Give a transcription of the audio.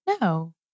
no